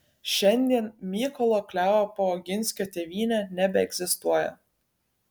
šiandien mykolo kleopo oginskio tėvynė nebeegzistuoja